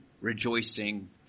rejoicing